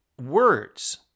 words